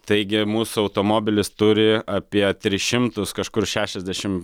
taigi mūsų automobilis turi apie tris šimtus kažkur šešiasdešim